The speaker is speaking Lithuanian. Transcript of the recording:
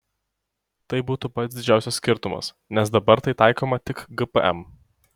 tai būtų pats didžiausias skirtumas nes dabar tai taikoma tik gpm